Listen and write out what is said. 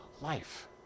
life